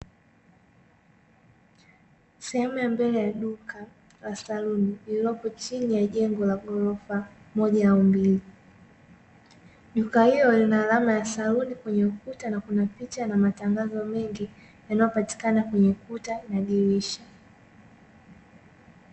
Sehemu ya mbele ya duka la saluni, lililoko chini ya jengo la ghorofa moja au mbili. Duka hilo lina alama ya saluni kwenye ukuta na kuna picha na matangazo mengi yanayopatikana kwenye ukuta na dirisha.